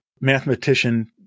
mathematician